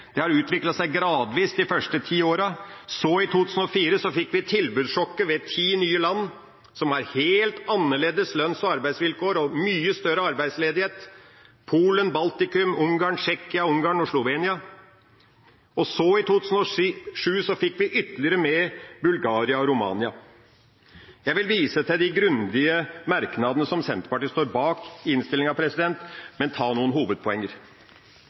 Det utviklet seg gradvis de første ti årene, og så fikk vi i 2004 tilbudssjokket med ti nye land som har helt annerledes lønns- og arbeidsvilkår og mye høyere arbeidsledighet: Blant disse er Polen, Baltikum, Ungarn, Tsjekkia og Slovenia. I 2007 fikk vi ytterligere flere: Bulgaria og Romania. Jeg vil vise til de grundige merknadene som Senterpartiet står bak i innstillinga, og ta noen hovedpoenger.